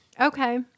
Okay